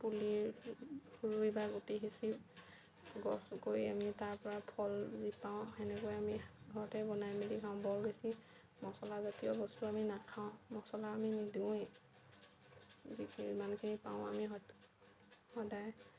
পুলি ৰুই বা গুটি সিঁচি গছ কৰি আমি তাৰ পৰা ফল যি পাওঁ সেনেকৈ আমি ঘৰতে বনাই মেলি খাওঁ বৰ বেছি মচলা জাতীয় বস্তু আমি নাখাওঁ মচলা আমি নিদিওঁৱেই যিখিনি যিমানখিনি পাৰোঁ আমি স সদায়